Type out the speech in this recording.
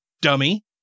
dummy